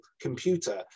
computer